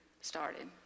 started